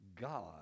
God